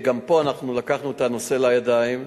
וגם פה אנחנו לקחנו את הנושא לידיים,